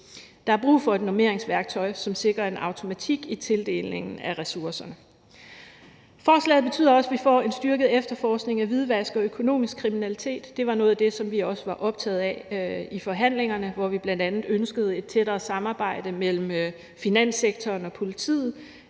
Der er brug for et normeringsværktøj, som sikrer en automatik i tildelingen af ressourcerne. Forslaget betyder også, at vi får en styrket efterforskning af hvidvask og økonomisk kriminalitet. Det var noget af det, som vi også var optaget af i forhandlingerne, hvor vi bl.a. ønskede et tættere samarbejde mellem finanssektoren og politiet.